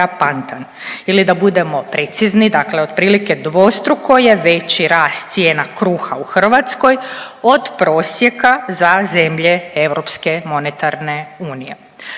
Ili da budemo precizni, dakle otprilike dvostruko je veći rast cijena kruha u Hrvatskoj od prosjeka za zemlje